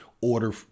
order